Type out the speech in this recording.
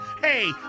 Hey